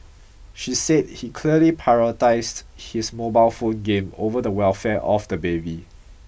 she said he clearly prioritised his mobile phone game over the welfare of the baby